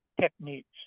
techniques